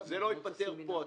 ייפתר פה.